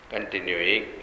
Continuing